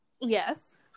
Yes